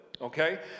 okay